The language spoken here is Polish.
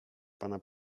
pana